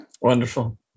Wonderful